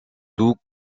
tout